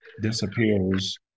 disappears